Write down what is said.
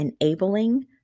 enabling